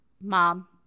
Mom